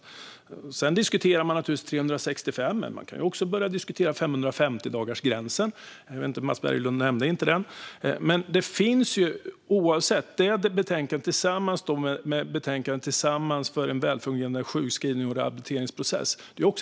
Man diskuterar naturligtvis vad som händer efter 365 dagar, men man kan också börja diskutera 550-dagarsgränsen, som Mats Berglund inte nämnde. Ytterligare en rad förslag finns i betänkandet Tillsammans för en välfungerande sjukskrivnings och rehabiliteringsprocess .